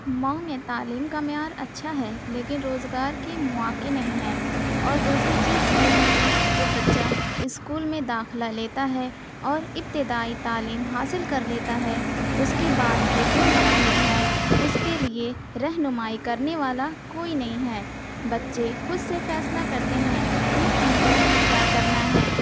مئو میں تعلیم کا میعار اچھا ہے لیکن روزگار کے مواقع نہیں ہیں اور دوسری چیز یہ ہے کہ جب بچہ اسکول میں داخلہ لیتا ہے اور ابتدائی تعلیم حاصل کر لیتا ہے اس کے بعد کے جو مراحل ہیں اس کے لئے رہنمائی کرنے والا کوئی نہیں ہے بچے خود سے فیصلہ کرتے ہیں کہ ان کو کیا کرنا ہے